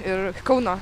ir kauno